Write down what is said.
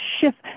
shift